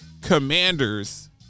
Commanders